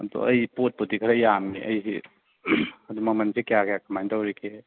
ꯑꯗꯣ ꯑꯩ ꯄꯣꯠꯄꯨꯗꯤ ꯈꯔ ꯌꯥꯝꯃꯦ ꯑꯩꯁꯦ ꯑꯗꯨ ꯃꯃꯟꯁꯦ ꯀꯌꯥ ꯀꯌꯥ ꯀꯃꯥꯏꯅ ꯇꯧꯔꯤꯒꯦ